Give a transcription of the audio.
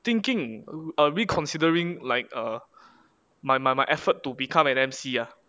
thinking err reconsidering like err my my my effort to become an emcee lah